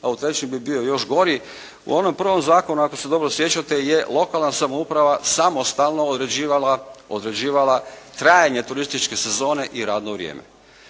a u trećem bi bio još gori. U onom prvom zakonu, ako se dobro sjećate je lokalna samouprava samostalno određivala trajanje turističke sezone i radno vrijeme.